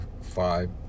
five